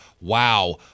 Wow